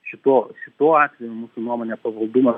šituo šituo atveju mūsų nuomone pavaldumą